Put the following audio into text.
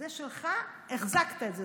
זה שלך, החזקת את זה.